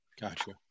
Gotcha